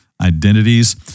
identities